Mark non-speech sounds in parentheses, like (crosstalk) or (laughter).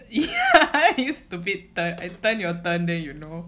(laughs) you stupid I turn your turn then you know